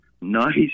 Nice